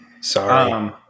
Sorry